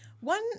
One